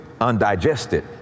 undigested